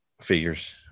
figures